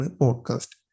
podcast